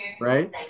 right